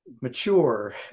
mature